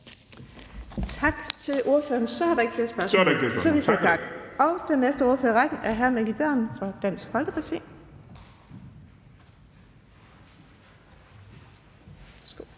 Tak til ordføreren. Så er der ikke flere spørgsmål, så vi siger tak. Den næste ordfører i rækken er hr. Mikkel Bjørn fra Dansk Folkeparti.